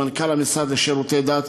מנכ"ל המשרד לשירותי דת,